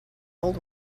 old